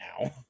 now